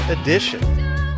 edition